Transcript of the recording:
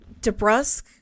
DeBrusque